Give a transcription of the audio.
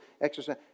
exercise